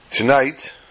tonight